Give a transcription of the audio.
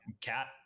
Cat